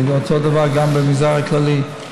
זה אותו דבר גם במגזר הכללי,